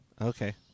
Okay